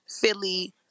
Philly